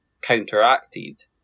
counteracted